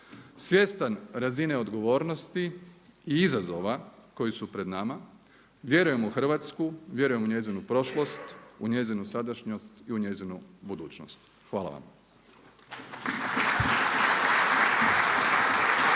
Svjestan razine odgovornosti i izazova koji su pred nama vjerujem u Hrvatsku, vjerujem u njezinu prošlost, u njezinu sadašnjost i u njezinu budućnost. Hvala vam.